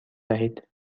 دهید